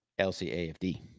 LCAFD